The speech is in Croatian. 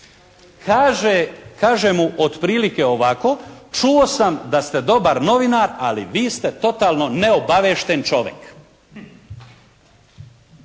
kaže mu otprilike ovako "čuo sam da ste dobar novinar, ali vi ste totalno neobavešten čovek".